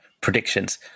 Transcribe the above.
predictions